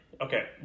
Okay